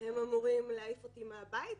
הם אמורים להעיף אותי מהבית?